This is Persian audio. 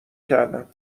کردم